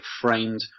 framed